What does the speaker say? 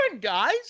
guys